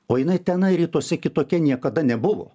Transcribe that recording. o jinai tenai rytuose kitokia niekada nebuvo